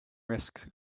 risks